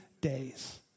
days